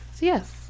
yes